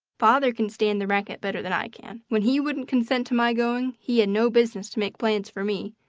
father can stand the racket better than i can. when he wouldn't consent to my going, he had no business to make plans for me.